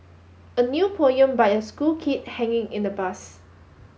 a new poem by a school kid hanging in the bus